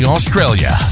Australia